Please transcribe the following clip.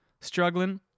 struggling